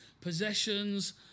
possessions